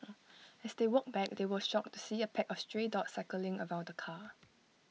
as they walked back they were shocked to see A pack of stray dogs circling around the car